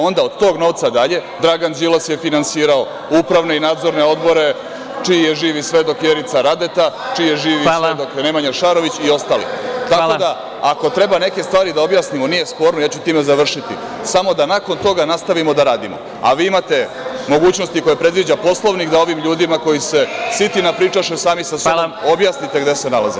Onda od tog novca dalje Dragan Đilas je finansirao upravne i nadzorne odbore čiji je živi svedok Vjerica Radeta, čiji je živi svedok Nemanja Šarović i ostali…. (Predsedavajući: Hvala.) Tako da, ako treba da neke stvari objasnimo, nije sporno, time ću završiti, samo da nakon toga nastavimo da radimo, a vi imate mogućnosti koje predviđa Poslovnik da ovim ljudima koji se siti napričaše sami sa sobom objasnite gde se nalaze.